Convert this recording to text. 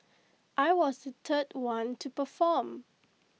I was the third one to perform